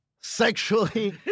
sexually